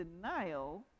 denial